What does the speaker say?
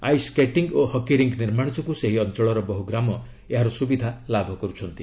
ice skating ଓ hockey rink ନିର୍ମାଣ ଯୋଗୁଁ ସେହି ଅଞ୍ଚଳର ବହୁ ଗ୍ରାମ ଏହାର ସୁବିଧା ଲାଭ କରୁଛନ୍ତି